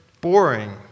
boring